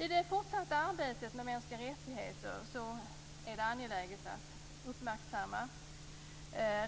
I det fortsatta arbetet med mänskliga rättigheter är det angeläget att uppmärksamma